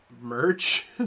merch